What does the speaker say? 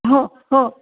हो हो